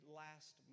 last